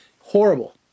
Horrible